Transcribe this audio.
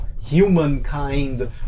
humankind